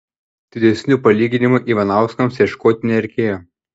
didesnių palyginimų ivanauskams ieškoti nereikėjo